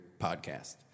podcast